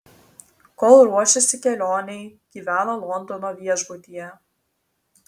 kol ruošėsi kelionei gyveno londono viešbutyje